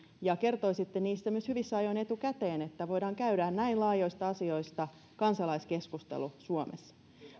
ja kertoisitte niistä myös hyvissä ajoin etukäteen että voidaan käydä näin laajoista asioista kansalaiskeskustelu suomessa